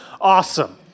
awesome